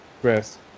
press